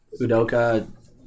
Udoka